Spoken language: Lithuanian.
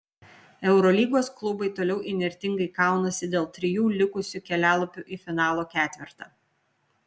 eurolygos klubai toliau įnirtingai kaunasi dėl trijų likusių kelialapių į finalo ketvertą